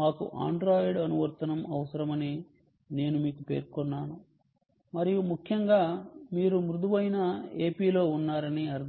మాకు ఆండ్రాయిడ్ అనువర్తనం అవసరమని నేను మీకు పేర్కొన్నాను మరియు ముఖ్యంగా మీరు మృదువైన AP లో ఉన్నారని అర్థం